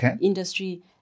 industry